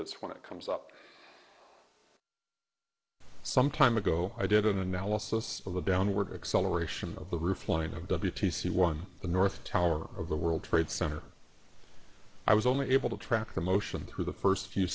that's when it comes up some time ago i did an analysis of the downward acceleration of the roof line of w t c one the north tower of the world trade center i was only able to track the motion through the first few